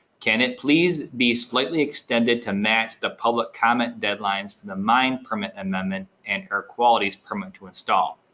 can it please be slightly extended to match the public comment deadlines for the mine permit amendment and air quality permit to install?